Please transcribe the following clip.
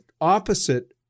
opposite